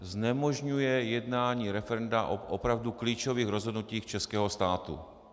Znemožňuje jednání referenda o opravdu klíčových rozhodnutích českého státu.